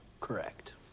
Correct